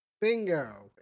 Bingo